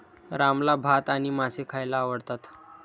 रामला भात आणि मासे खायला आवडतात